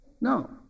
No